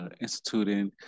instituting